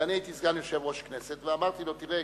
ואני הייתי סגן יושב-ראש כנסת ואמרתי לו: תראה,